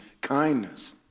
kindness